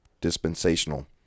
dispensational